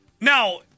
Now